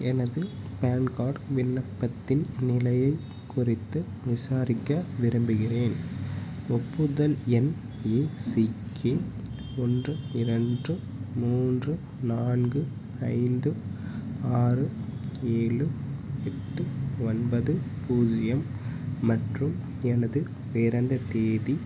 எனது PAN card விண்ணப்பத்தின் நிலையை குறித்து விசாரிக்க விரும்புகிறேன் ஒப்புதல் எண் ஏ சி கே ஒன்று இரண்டு மூன்று நான்கு ஐந்து ஆறு ஏழு எட்டு ஒன்பது பூஜ்ஜியம் மற்றும் எனது பிறந்த தேதி